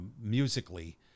musically